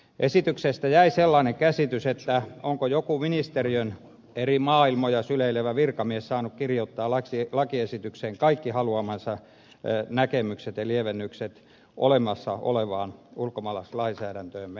esityksestä jäi sellainen käsitys onko joku ministeriön eri maailmoja syleilevä virkamies saanut kirjoittaa lakiesitykseen kaikki haluamansa näkemykset ja lievennykset olemassa olevaan ulkomaalaislainsäädäntöömme